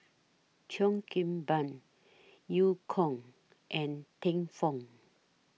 Cheo Kim Ban EU Kong and Teng Fong